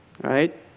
right